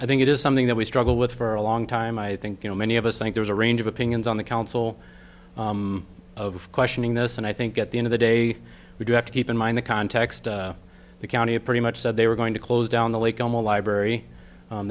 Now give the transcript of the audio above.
i think it is something that we struggle with for a long time i think you know many of us think there's a range of opinions on the council of questioning this and i think at the end of the day we do have to keep in mind the context the county of pretty much said they were going to close down the lake on the library